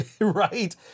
right